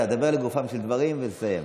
דבר לגופם של דברים ותסיים.